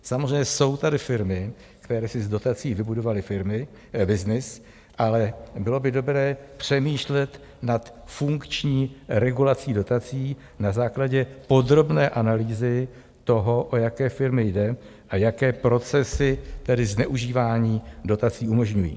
Samozřejmě jsou tady firmy, které si z dotací vybudovaly byznys, ale bylo by dobré přemýšlet nad funkční regulací dotací na základě podrobné analýzy toho, o jaké firmy jde a jaké procesy tedy zneužívání dotací umožňují.